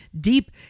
deep